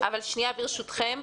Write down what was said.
ברשותכם,